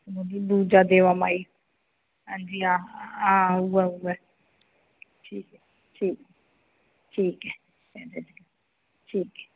दूजा देवा माई हां जी हां उ'यै उ'यै ठीक ऐ ठीक ऐ ठीक ऐ हां जी ठीक ऐ ठीक ऐ ठीक ऐ